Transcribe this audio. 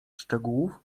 szczegółów